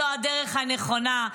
זו הדרך הנכונה.